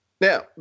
Now